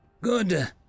Good